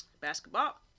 Basketball